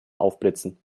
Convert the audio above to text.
aufblitzen